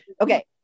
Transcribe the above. Okay